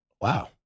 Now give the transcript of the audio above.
Wow